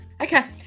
Okay